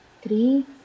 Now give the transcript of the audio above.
three